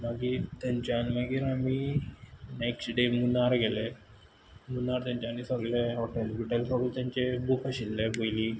मागी थंयनच्यान मागीर आमी नॅक्श्ट डे मुन्नार गेले मुन्नार तेंच्यानी सगलें हॉटॅल बिटॅल सोगल तेंचें बूक आशिल्लें पयली